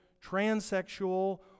transsexual